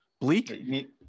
Bleak